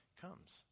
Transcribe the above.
comes